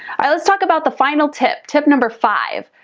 let's talk about the final tip, tip number five.